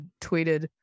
tweeted